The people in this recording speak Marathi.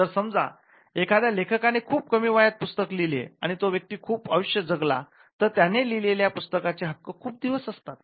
जर समजा एखाद्या लेखकाने खूप कमी वयात पुस्तक लिहिले आणि तो व्यक्ती खूप आयुष्य जगला तर त्याने लिहिलेल्या पुस्तकाचे हक्क खूप दिवस असतात